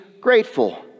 grateful